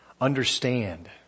understand